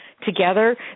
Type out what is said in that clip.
together